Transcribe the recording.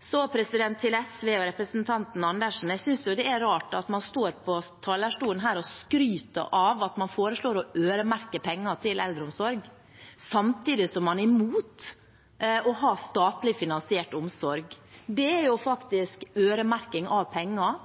Så til SV og representanten Andersen. Jeg synes det er rart at man står på talerstolen og skryter av at man foreslår å øremerke penger til eldreomsorg, samtidig som man er imot å ha en statlig finansiert omsorg. Det er faktisk øremerking av penger